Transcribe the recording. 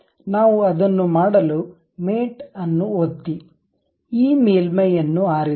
ನಾವು ಅದನ್ನು ಮಾಡಲು ಮೇಟ್ ಅನ್ನು ಒತ್ತಿ ಈ ಮೇಲ್ಮೈಯನ್ನು ಆರಿಸಿ